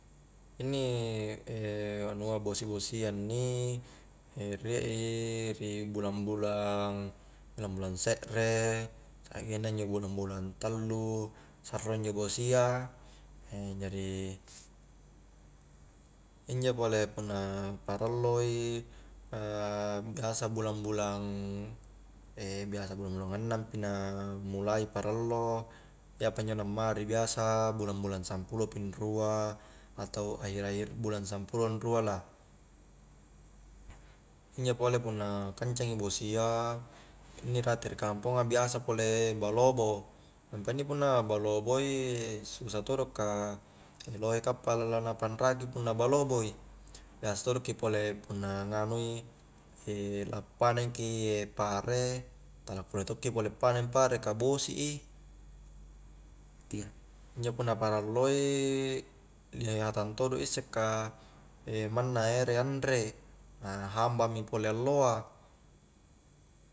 Inni anua bosi-bosia inni riek i ri bulang-bulang, bulang-bulang sekre saggenna injo bulang-bulang tallu, sarro injo bosia jari injo pole punna parallo i biasa bulang-bulang annang pi na mulai parallo iyapa injo nammari biasa bulang-bulang sampulo pi anrua, atau akhir-akhir bulang sampulong rua lah injo pole punna kancangi bosi a inni rate ri kamponga biasa pole balobo, nampa injo pole punna balobo i, susah todo ka lohe kappala la na panraki punna balobo i biasa todo' ki pole punna nganui lappaneng ki pare tala kulle tokki pole paneng pare ka bosi i injo punna paralloi hatang todo isse ka manna ere anre na hambang mi pole alloa